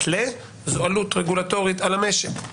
לכמה זמן היא עלות רגולטורית על המשק.